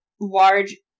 large